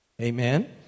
Amen